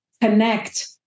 connect